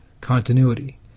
continuity